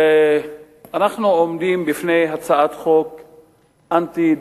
אנחנו עומדים בפני הצעת חוק אנטי-דמוקרטית,